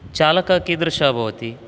चालकः कीदृशः भवति